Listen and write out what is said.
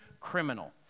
criminal